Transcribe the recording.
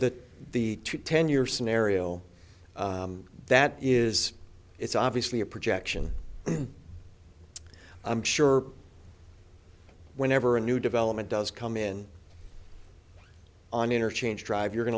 the two ten year scenario that is it's obviously a projection in i'm sure whenever a new development does come in an interchange drive you're going